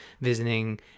visiting